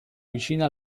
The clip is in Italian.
vicina